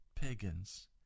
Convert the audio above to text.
pagans